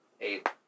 eight